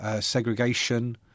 segregation